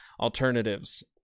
alternatives